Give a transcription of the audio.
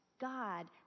God